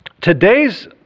today's